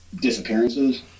disappearances